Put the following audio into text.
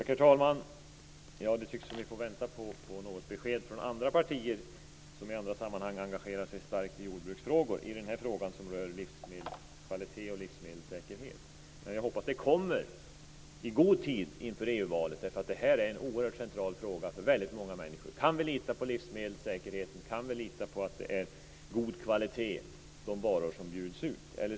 Herr talman! Det tycks som att vi får vänta på besked från andra partier i den här frågan om livsmedelskvalitet och livsmedelssäkerhet, som i andra sammanhang engagerar sig starkt i jordbruksfrågor. Men jag hoppas att besked kommer i god tid inför EU valet. Detta är en oerhört central fråga för många människor: Kan vi lita på livsmedelssäkerheten, och kan vi lita på att det är god kvalitet i de varor som bjuds ut?